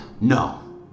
No